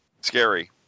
scary